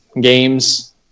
Games